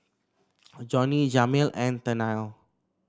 Johney Jameel and Tennille